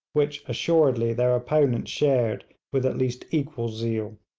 which assuredly their opponents shared with at least equal zeal.